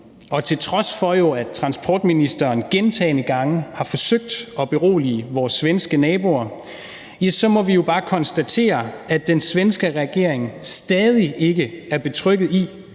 og til trods for at transportministeren jo gentagne gange har forsøgt at berolige vores svenske naboer, må vi jo bare konstatere, at den svenske regering stadig ikke er betrygget i,